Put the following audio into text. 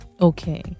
Okay